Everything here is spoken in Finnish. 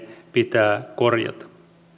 pitää korjata